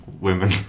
women